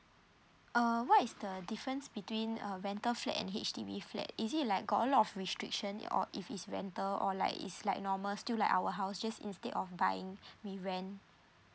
uh what is the difference between a rental flat and H_D_B flat is it like got a lot of restriction or if it's rental or like is like normal still like our house just instead of buying we rent